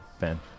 Ben